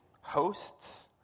hosts